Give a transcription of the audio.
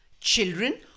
Children